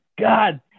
God